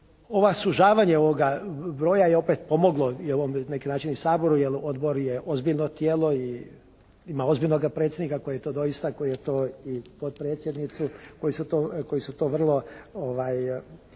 Ovo sužavanje ovog broja je opet pomoglo na neki način i Saboru, jer odbor je ozbiljno tijelo i ima ozbiljnoga predsjednika koji to doista, i potpredsjednicu, koji su to vrlo